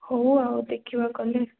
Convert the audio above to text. ହଉ ଆଉ ଦେଖିବା ଗଲେ